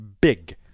big